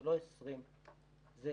זה לא 20. זה